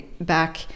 back